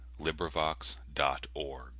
LibriVox.org